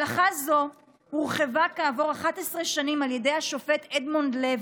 הלכה זו הורחבה כעבור 11 שנים על ידי השופט אדמונד לוי,